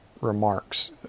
remarks